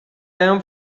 down